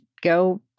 go